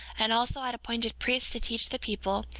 and also had appointed priests to teach the people,